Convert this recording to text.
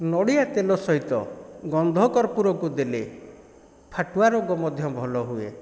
ନଡ଼ିଆ ତେଲ ସହିତ ଗନ୍ଧ କର୍ପୂରକୁ ଦେଲେ ଫାଟୁଆ ରୋଗ ମଧ୍ୟ ଭଲ ହୁଏ